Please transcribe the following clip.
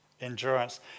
endurance